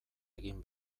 egin